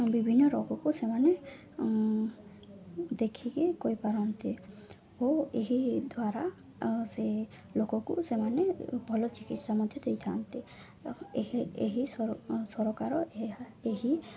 ବିଭିନ୍ନ ରୋଗକୁ ସେମାନେ ଦେଖିକି କହିପାରନ୍ତି ଓ ଏହି ଦ୍ୱାରା ସେ ଲୋକକୁ ସେମାନେ ଭଲ ଚିକିତ୍ସା ମଧ୍ୟ ଦେଇଥାନ୍ତି ଏହି ଏହି ସର ସରକାର ଏହା ଏହି